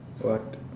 what